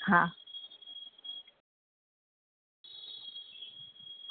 હા